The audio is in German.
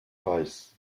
reichs